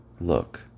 look